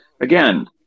again